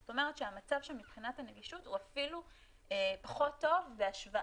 זאת אומרת שהמצב שם מבחינת הנגישות הוא אפילו פחות טוב בהשוואה